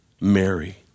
Mary